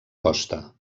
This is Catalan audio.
costa